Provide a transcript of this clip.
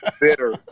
Bitter